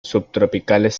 subtropicales